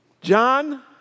John